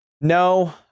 No